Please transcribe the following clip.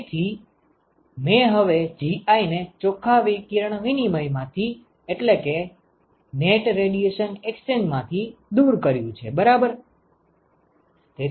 તેથી મેં હવે Gi ને ચોખ્ખા વિકિરણ વિનિમય માંથી દૂર કર્યું છે બરાબર